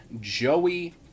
Joey